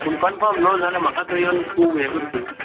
पूण कनफम न्हय ना जाल्यार म्हाका थंय येवन तूं हें करशी